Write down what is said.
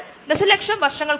അത് പിഎച്ച് കുറയ്ക്കുന്നു